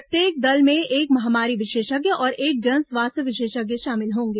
प्रत्येक दल में एक महामारी विशेषज्ञ और एक जन स्वास्थ्य विशेषज्ञ शामिल होंगे